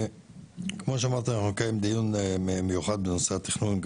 כמו שאמרת, אנחנו נקיים דיון מיוחד בנושא התכנון.